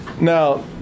Now